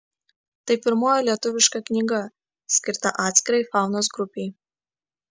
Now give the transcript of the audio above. tai pirmoji lietuviška knyga skirta atskirai faunos grupei